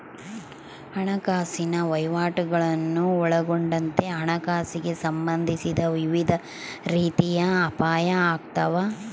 ಹಣಕಾಸಿನ ವಹಿವಾಟುಗುಳ್ನ ಒಳಗೊಂಡಂತೆ ಹಣಕಾಸಿಗೆ ಸಂಬಂಧಿಸಿದ ವಿವಿಧ ರೀತಿಯ ಅಪಾಯ ಆಗ್ತಾವ